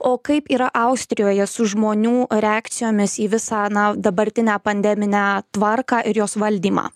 o kaip yra austrijoje su žmonių reakcijomis į visą na dabartinę pandeminę tvarką ir jos valdymą